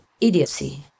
idiocy